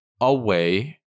away